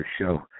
show